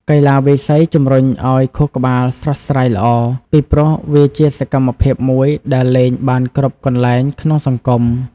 កីឡាវាយសី ជំរុញឱ្យខួរក្បាលស្រស់ស្រាយល្អ ពីព្រោះវាជាសកម្មភាពមួយដែលលេងបានគ្រប់កន្លែងក្នុងសង្គម។